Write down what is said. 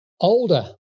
older